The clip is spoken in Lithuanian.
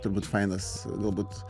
turbūt fainas galbūt